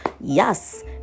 Yes